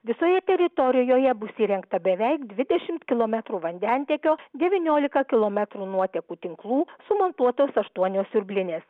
visoje teritorijoje bus įrengta beveik dvidešimt kilometrų vandentiekio devyniolika kilometrų nuotekų tinklų sumontuotos aštuonios siurblinės